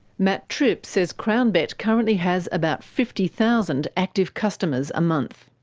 matt tripp says crownbet currently has about fifty thousand active customers a month.